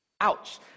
Ouch